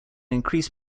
increased